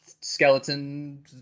skeleton